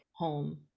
home